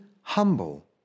humble